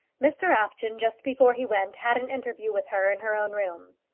mr apjohn, just before he went, had an interview with her in her own room.